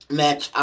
match